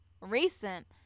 recent